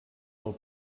del